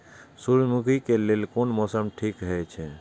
सूर्यमुखी के लेल कोन मौसम ठीक हे छे?